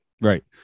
right